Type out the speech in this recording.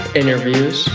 interviews